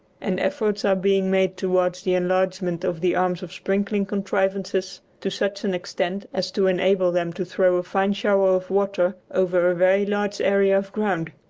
and efforts are being made towards the enlargement of the arms of sprinkling contrivances to such an extent as to enable them to throw a fine shower of water over a very large area of ground.